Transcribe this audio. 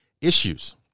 issues